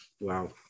wow